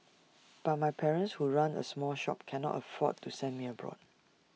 but my parents who run A small shop cannot afford to send me abroad